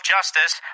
Justice